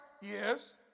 Yes